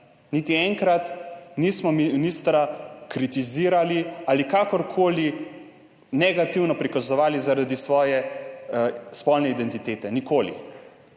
Niti enkrat nismo ministra kritizirali ali ga kakorkoli negativno prikazovali zaradi njegove spolne identitete. Nikoli.